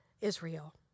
Israel